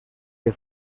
que